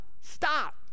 stop